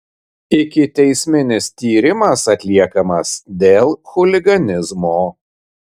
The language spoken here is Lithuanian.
ikiteisminis tyrimas atliekamas dėl chuliganizmo